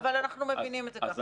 אז אני אומר: